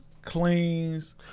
Cleans